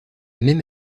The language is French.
même